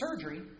surgery